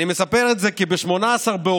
אני מספר את זה כי ב-18 באוקטובר